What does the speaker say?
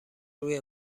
روی